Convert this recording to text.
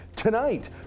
Tonight